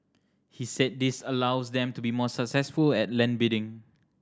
he said this allows them to be more successful at land bidding